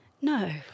no